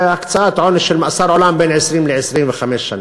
הקצאת עונש של מאסר עולם בין 20 ל-25 שנים.